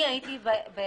אני הייתי באחיסמך,